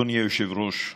אדוני היושב-ראש,